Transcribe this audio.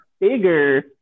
bigger